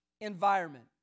environment